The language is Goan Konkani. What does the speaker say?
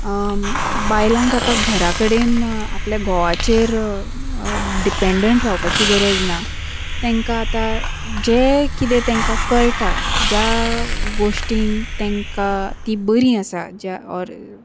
बायलांक आतां घराकडेन आपल्या घोवाचेर डिपेंडंट रावपाची गरज ना तेंकां आतां जे कितें तेंकां कळटा ज्या गोश्टींक तेंकां ती बरीं आसा ज्या ऑर